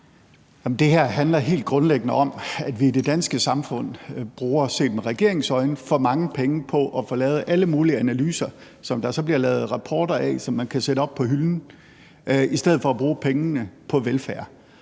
Det her handler helt grundlæggende om, at set med regeringens øjne bruger vi for mange af det danske samfunds penge på at få lavet alle mulige analyser, som der så bliver lavet rapporter om, som man kan sætte op på hylden, i stedet for at bruge pengene på velfærd.